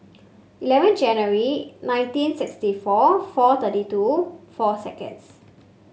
eleven January nineteen sixty four four thirty two four seconds